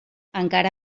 encara